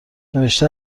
نوشته